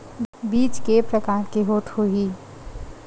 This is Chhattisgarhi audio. बीज के प्रकार के होत होही?